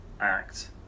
act